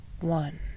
one